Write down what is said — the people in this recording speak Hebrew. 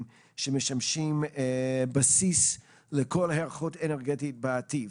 שמשמשים בסיס לכל היערכות אנרגטית בעתיד.